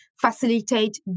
facilitate